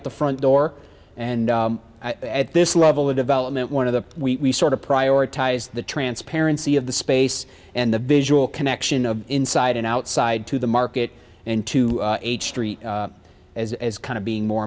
at the front door and at this level of development one of the we sort of prioritize the transparency of the space and the visual connection of inside and outside to the market and to street as as kind of being more